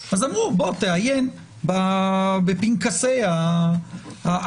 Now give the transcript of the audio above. אז אמרו: בוא תעיין בפנקסי המאסדר.